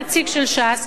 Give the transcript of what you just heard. הנציג של ש"ס,